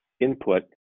input